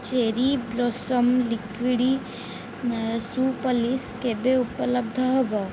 cherry Blossom liquid shoe polish କେବେ ଉପଲବ୍ଧ ହେବ